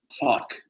fuck